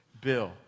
Bill